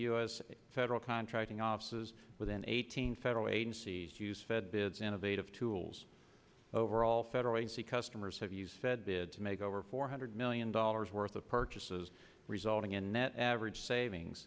s federal contracting offices within eighteen federal agencies use fed bids innovative tools overall federal easy customers have used said bid to make over four hundred million dollars worth of purchases resulting in net average savings